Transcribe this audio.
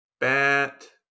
bat